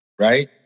right